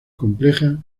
compleja